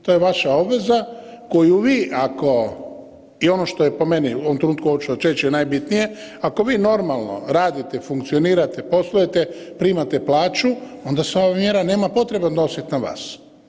To je vaša obveza koju vi ako, i ono što je po meni u ovom trenutku hoću još reći je najbitnije, ako bi normalno radite funkcionirate, poslujete, primate plaću onda se ova mjera nema potrebe odnositi na vas.